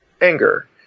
anger